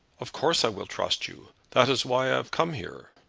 of course i will trust you. that is why i have come here.